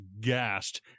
gassed